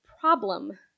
problem